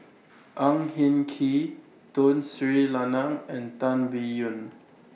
Ang Hin Kee Tun Sri Lanang and Tan Biyun